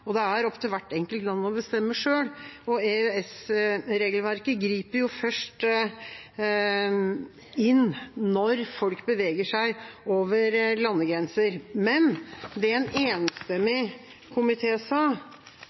det er opp til hvert enkelt land å bestemme selv. EØS-regelverket griper først inn når folk beveger seg over landegrenser. Det en enstemmig komité sa,